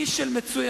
אי של מצוינות,